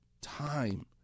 time